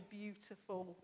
beautiful